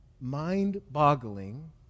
mind-boggling